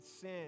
sin